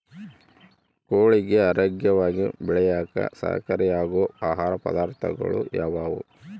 ಕೋಳಿಗೆ ಆರೋಗ್ಯವಾಗಿ ಬೆಳೆಯಾಕ ಸಹಕಾರಿಯಾಗೋ ಆಹಾರ ಪದಾರ್ಥಗಳು ಯಾವುವು?